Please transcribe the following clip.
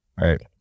Right